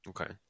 Okay